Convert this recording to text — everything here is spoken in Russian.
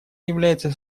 является